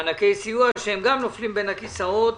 מענקי הסיוע - נופלים בין הכיסאות